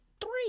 Three